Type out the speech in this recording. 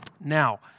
Now